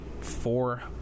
four